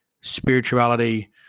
spirituality